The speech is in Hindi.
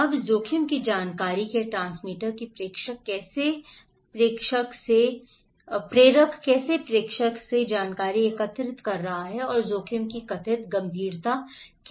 अब जोखिम की जानकारी के ट्रांसमीटर कि प्रेषक कैसे प्रेषक प्रेषक से जानकारी एकत्र कर रहा है और जोखिम की कथित गंभीरता ठीक है